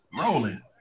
rolling